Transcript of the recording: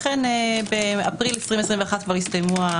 לכן באפריל 2021 יסתיימו.